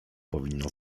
powinno